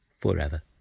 forever